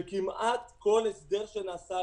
שכמעט כל הסדר שנעשה,